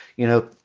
you know,